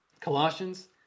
Colossians